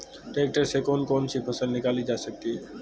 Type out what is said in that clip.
Tractor से कौन कौनसी फसल निकाली जा सकती हैं?